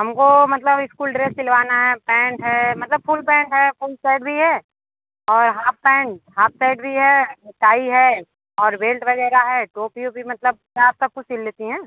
हमको मतलब school dress सिलवाना है पैंट है मतलब फुल पैंट है फुल शर्ट भी है और हाफ पैंट हाफ शर्ट भी है टाई है और बेल्ट वगैरह है टोपी वोपी मतलब आप सब कुछ सिल लेती हैं